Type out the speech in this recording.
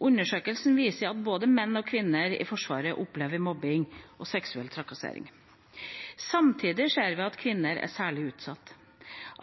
Undersøkelsen viser at både menn og kvinner i Forsvaret opplever mobbing og seksuell trakassering. Samtidig ser vi at kvinner er særlig utsatt.